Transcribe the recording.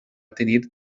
tenir